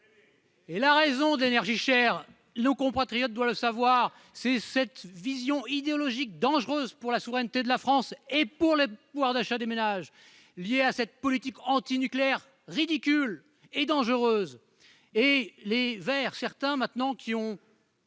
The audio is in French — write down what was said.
Et la raison d'énergie chère nos compatriotes doit le savoir, c'est cette vision idéologique dangereuse pour la souveraineté de la France et pour le pouvoir d'achat des ménages lié à cette politique anti-nucléaire ridicule et dangereuse, et les Verts certains maintenant qui ont.